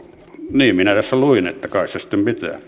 niin minä tässä luin että kai se sitten pitää